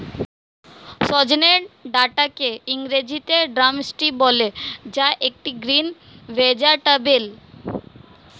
সজনে ডাটাকে ইংরেজিতে ড্রামস্টিক বলে যা একটি গ্রিন ভেজেটাবেল